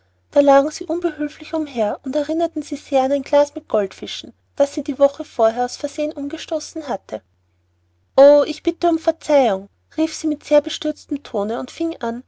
da lagen sie unbehülflich umher und erinnerten sie sehr an ein glas mit goldfischen das sie die woche vorher aus versehen umgestoßen hatte oh ich bitte um verzeihung rief sie mit sehr bestürztem tone und fing an